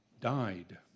died